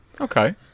Okay